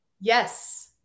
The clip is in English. Yes